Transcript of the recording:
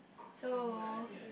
so